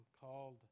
called